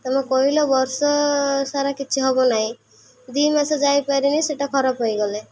ତୁମେ କହିଲ ବର୍ଷ ସାରା କିଛି ହବ ନାହିଁ ଦୁଇ ମାସ ଯାଇପାରିନି ସେଇଟା ଖରାପ ହେଇଗଲେ